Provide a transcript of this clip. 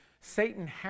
Satan